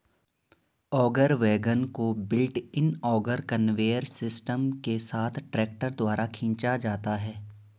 auger wagon को built in auger conveyor system के साथ ट्रैक्टर द्वारा खींचा जाता है